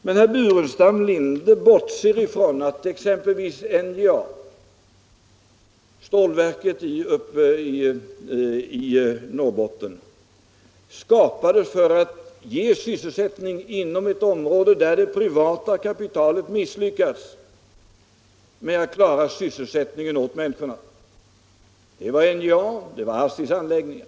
Men herr Burenstam Linder bortser från att exempelvis NJA, stålverket i Norrbotten, skapades för att ge sysselsättning inom ett område där det privata kapitalet misslyckats med att klara sysselsättningen åt människorna. Det var NJA och det var ASSI:s anläggningar.